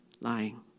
lying